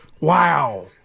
Wow